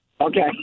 Okay